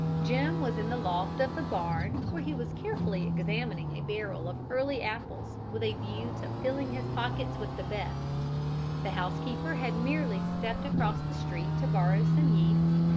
jim was in the loft of the barn, where he was carefully examining a barrel of early apples with a view to filling his pockets with the best the housekeeper had merely stepped across the street to borrow some yeast,